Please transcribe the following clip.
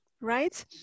right